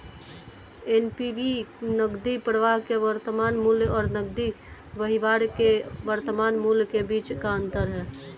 NPV नकदी प्रवाह के वर्तमान मूल्य और नकदी बहिर्वाह के वर्तमान मूल्य के बीच का अंतर है